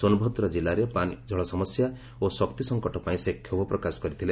ସୋନଭଦ୍ରା ଜିଲ୍ଲାରେ ପାନୀୟ ଜଳସମସ୍ୟା ଓ ଶକ୍ତି ସଂକଟ ପାଇଁ ସେ କ୍ଷୋଭ ପ୍ରକାଶ କରିଥିଲେ